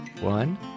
One